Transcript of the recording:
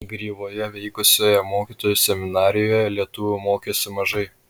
gryvoje veikusioje mokytojų seminarijoje lietuvių mokėsi mažai